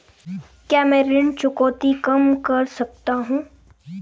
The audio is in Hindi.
क्या मैं ऋण चुकौती कम कर सकता हूँ?